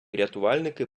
рятувальники